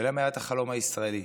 זה לא מעט החלום הישראלי.